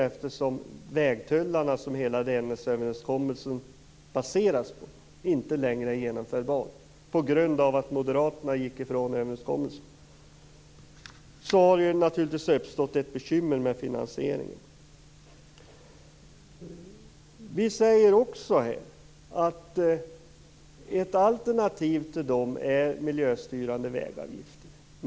Det beror på att vägtullarna, som hela Dennisöverenskommelsen baseras på, inte längre är genomförbara på grund av att Moderaterna gick ifrån överenskommelsen. Då har det naturligtvis uppstått ett bekymmer med finansieringen. Vi säger också att ett alternativ till vägtullarna är miljöstyrande vägavgifter.